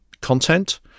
content